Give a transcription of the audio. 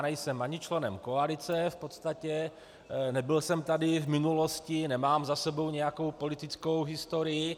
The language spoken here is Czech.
Nejsem ani členem koalice, v podstatě nebyl jsem tady v minulosti, nemám za sebou nějakou politickou historii.